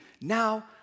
Now